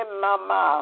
mama